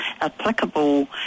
applicable